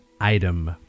item